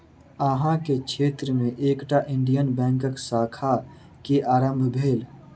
अहाँ के क्षेत्र में एकटा इंडियन बैंकक शाखा के आरम्भ भेल